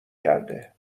کرده